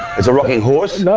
it's a rocking horse?